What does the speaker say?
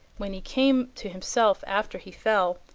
when he came to himself after he fell,